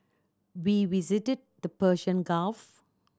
we visited the Persian Gulf